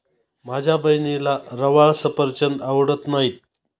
माझ्या बहिणीला रवाळ सफरचंद आवडत नाहीत